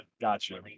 Gotcha